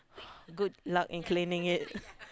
good luck in claiming it